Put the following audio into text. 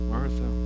Martha